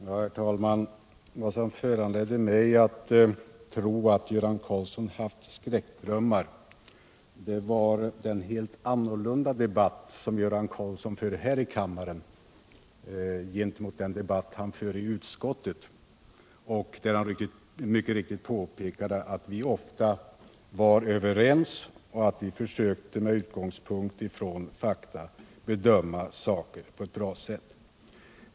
Herr talman! Vad som föranledde mig att tro att Göran Karlsson haft skräckdrömmar var den helt annorlunda debatt han för här i kammaren i jämförelse med den han för i utskottet. Där har vi, som Göran Karlsson helt riktigt påpekade, mycket ofta varit överens, och vi har med utgångspunkt i fakta försökt bedöma frågor på ett bra sätt.